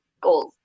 goals